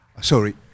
sorry